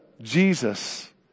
Jesus